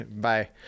Bye